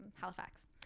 Halifax